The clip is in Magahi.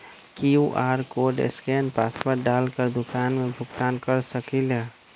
कियु.आर कोड स्केन पासवर्ड डाल कर दुकान में भुगतान कर सकलीहल?